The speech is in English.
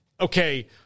okay